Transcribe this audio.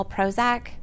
Prozac